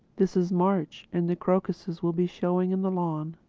this is march, and the crocuses will be showing in the lawn.